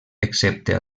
excepte